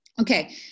Okay